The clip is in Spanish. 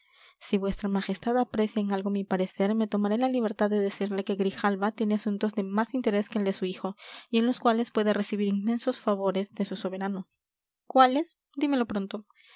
si vuestra majestad aprecia en algo mi parecer me tomaré la libertad de decirle que grijalva tiene asuntos de más interés que el de su hijo y en los cuales puede recibir inmensos favores de su soberano cuáles dímelo pronto